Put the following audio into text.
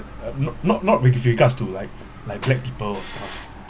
uh not not not with regards to like like black people or such